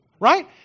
right